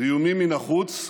ואיומים מן החוץ,